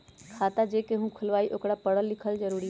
खाता जे केहु खुलवाई ओकरा परल लिखल जरूरी वा?